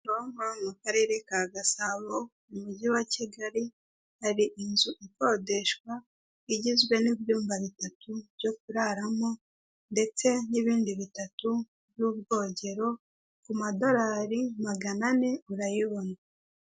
Kimironko mu karere ka Gasabo mu mujyi wa Kigali hari inzu ikodeshwa igizwe n' ibyumba bitatu byo kuraramo ndetse n' ibindi bitatu by' ubwogero ku madorari magana ane urayibona.